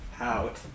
out